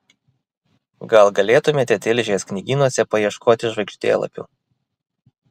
gal galėtumėte tilžės knygynuose paieškoti žvaigždėlapių